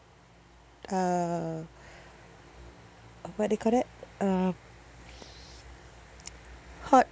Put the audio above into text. uh uh what they call that uh hotpot